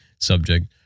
subject